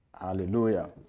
Hallelujah